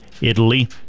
Italy